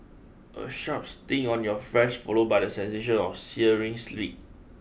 a sharp sting on your flesh followed by the sensation of a searing slit